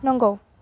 नोंगौ